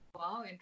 Wow